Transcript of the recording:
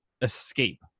escape